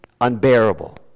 unbearable